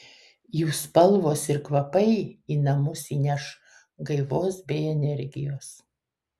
jų spalvos ir kvapai į namus įneš gaivos bei energijos